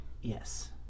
Yes